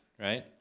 right